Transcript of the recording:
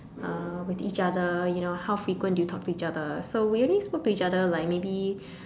uh with each other you know like how frequent do you talk to each other so we only spoke to each other like maybe